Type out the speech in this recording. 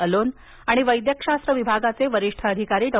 alone आणि वैद्यकशास्त्र विभागाचे वरिष्ठ अधिकारी डॉ